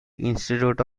institute